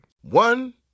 One